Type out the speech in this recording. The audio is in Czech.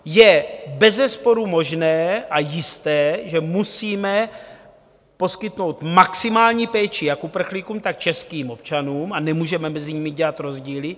Je bezesporu možné a jisté, že musíme poskytnout maximální péči jak uprchlíkům, tak českým občanům a nemůžeme mezi nimi dělat rozdíly.